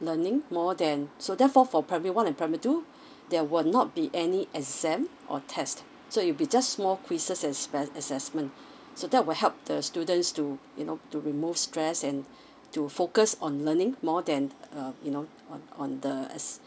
learning more than so therefore for primary one and primary two there will not be any exam or test so it be just small quizzes and spel~ assessment so that will help the students to you know to remove stress and to focus on learning more than uh you know uh on the ass~